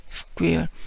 square